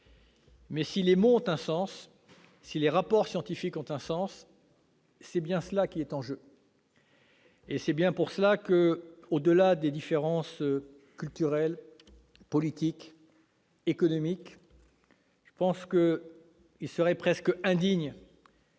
si les mots ont un sens, si les rapports scientifiques en ont un, c'est bien cela qui est en jeu. C'est bien pour cela que, au-delà des différences culturelles, politiques, économiques, il serait presque indigne